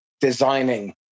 designing